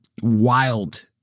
wild